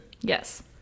Yes